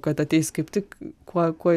kad ateis kaip tik kuo kuo